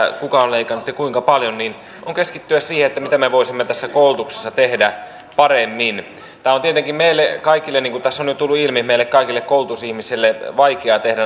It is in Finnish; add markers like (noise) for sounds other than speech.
kuka on leikannut ja kuinka paljon on keskittyä siihen mitä me voisimme tässä koulutuksessa tehdä paremmin on tietenkin niin kuin tässä on jo tullut ilmi meille kaikille koulutusihmisille vaikea tehdä (unintelligible)